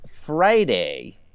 Friday